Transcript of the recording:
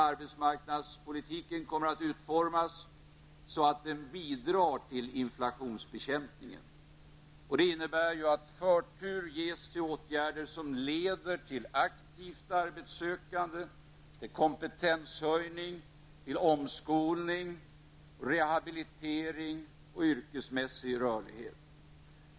Arbetsmarknadspolitiken kommer att utformas så att den bidrar till inflationsbekämpningen. Det innebär att förtur ges till åtgärder som leder till aktivt arbetssökande, kompetenshöjning, omskolning, rehabilitering och yrkesmässig rörlighet.